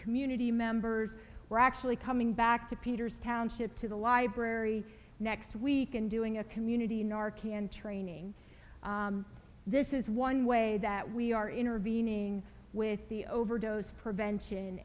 community members were actually coming back to peter's township to the library next week and doing a community narky and training this is one way that we are intervening with the overdose prevention